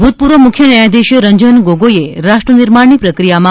ભૂતપૂર્વ મુખ્ય ન્યાયાધીશ રંજન ગોગોઇએ રાષ્ટ્રનિર્માણની પ્રક્રિયામાં